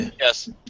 Yes